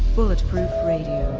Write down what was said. bulletproof radio,